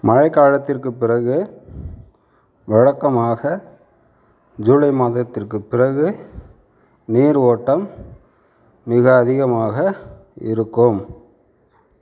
மழைக்காலத்திற்குப் பிறகு வழக்கமாக ஜூலை மாதத்திற்குப் பிறகு நீர் ஓட்டம் மிக அதிகமாக இருக்கும்